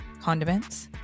condiments